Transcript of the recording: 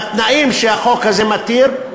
בתנאים שהחוק הזה מתיר,